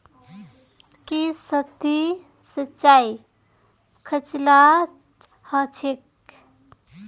की सतही सिंचाई खर्चीला ह छेक